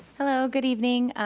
hello, good evening,